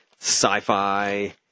sci-fi